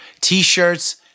T-shirts